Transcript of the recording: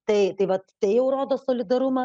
tai tai vat tai jau rodo solidarumą